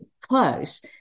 close